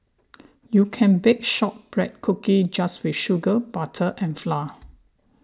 you can bake Shortbread Cookies just with sugar butter and flour